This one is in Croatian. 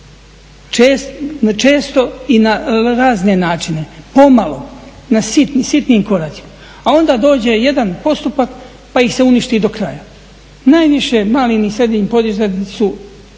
često i na razne načine, pomalo, sitnim koracima. A onda dođe jedan postupak pa ih se uništi do kraja. Najviše mali i srednji poduzetnici su